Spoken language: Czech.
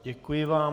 Děkuji vám.